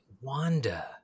Wanda